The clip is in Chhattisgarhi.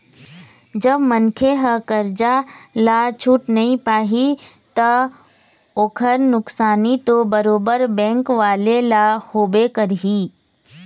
जब मनखे ह करजा ल छूट नइ पाही ता ओखर नुकसानी तो बरोबर बेंक वाले ल होबे करही